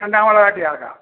രണ്ടാമതായിട്ട് ചേർക്കാം